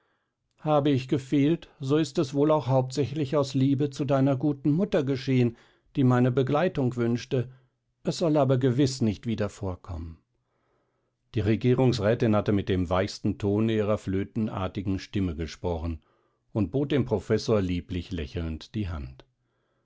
habe ich gefehlt so ist es wohl auch hauptsächlich aus liebe zu deiner guten mutter geschehen die meine begleitung wünschte es soll aber gewiß nicht wieder vorkommen die regierungsrätin hatte mit dem weichsten tone ihrer flötenartigen stimme gesprochen und bot dem professor lieblich lächelnd die hand